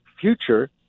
future